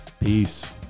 Peace